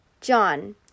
John